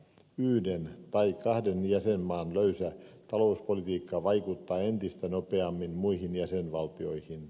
yhden tai kahden jäsenmaan löysä talouspolitiikka vaikuttaa entistä nopeammin muihin jäsenvaltioihin